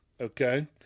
okay